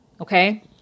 Okay